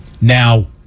now